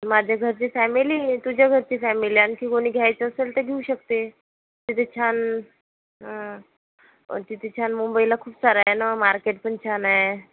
माझ्या घरची फॅमिली तुझ्या घरची फॅमिली आणखी कोणी घ्यायचं असेल तर घेऊ शकते तिथे छान तिथे छान मुंबईला खूप सारं आहे न मार्केट पण छान आहे